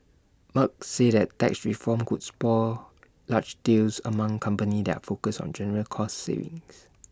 Merck said that tax reform could spur large deals among companies that are focused on general cost savings